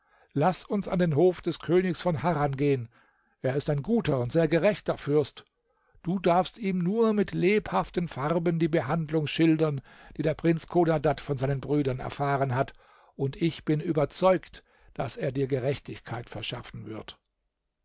laß uns an den hof des königs von harran gehen er ist ein guter und sehr gerechter fürst du darfst ihm nur mit lebhaften farben die behandlung schildern die der prinz chodadad von seinen brüdern erfahren hat und ich bin überzeugt daß er dir gerechtigkeit verschaffen wird